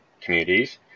communities